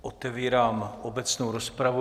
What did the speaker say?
Otevírám obecnou rozpravu.